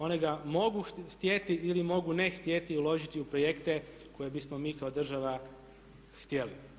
One ga mogu htjeti ili mogu ne htjeti uložiti u projekte koje bismo mi kao država htjeli.